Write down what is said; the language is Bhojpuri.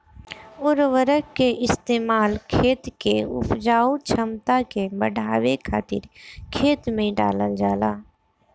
उर्वरक के इस्तेमाल खेत के उपजाऊ क्षमता के बढ़ावे खातिर खेत में डालल जाला